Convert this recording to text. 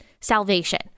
salvation